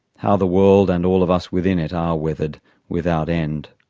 how the world and all of us within it are weathered without end.